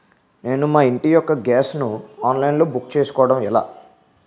నేను మా ఇంటి యెక్క గ్యాస్ ను ఆన్లైన్ లో బుక్ చేసుకోవడం ఎలా?